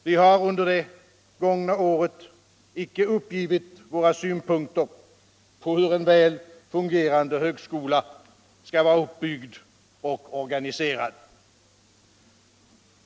Vi har under det gångna året icke övergivit våra svnpunkter på hur en väl fungerande högskola skall vara uppbyggd och organiserad.